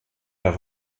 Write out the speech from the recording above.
der